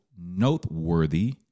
noteworthy